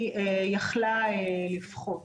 יכלה לפחות.